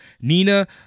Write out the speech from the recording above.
Nina